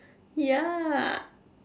ya